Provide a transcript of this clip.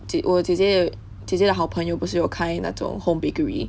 我的姐姐有姐姐的好朋友不是有开那种 home bakery